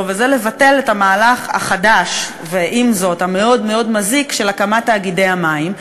וזה לבטל את המהלך החדש ועם זאת המאוד-מאוד מזיק של הקמת תאגידי המים.